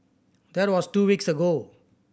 that was two weeks ago